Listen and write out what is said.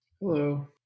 Hello